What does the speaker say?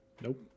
Nope